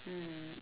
mm